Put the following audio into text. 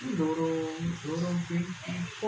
I think lorong lorong twenty four ah